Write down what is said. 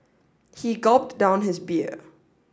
he gulped down his beer